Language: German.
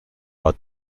war